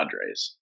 Padres